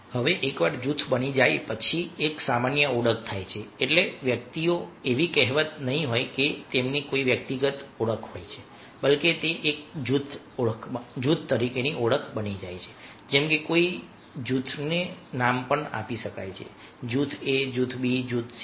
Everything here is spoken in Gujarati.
હવે એકવાર જૂથ બની જાય પછી એક સામાન્ય ઓળખ થાય છે એટલે વ્યક્તિઓ એવી કહેવત નહીં હોય કે તેમની કોઈ વ્યક્તિગત ઓળખ હોય છે બલ્કે તે એક જૂથ ઓળખ બની જાય છે જેમ કે કોઈ તે જૂથને નામ આપી શકે છે જૂથ બી જૂથ સી